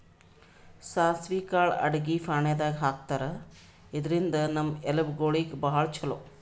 ಸಾಸ್ವಿ ಕಾಳ್ ಅಡಗಿ ಫಾಣೆದಾಗ್ ಹಾಕ್ತಾರ್, ಇದ್ರಿಂದ್ ನಮ್ ಎಲಬ್ ಗೋಳಿಗ್ ಭಾಳ್ ಛಲೋ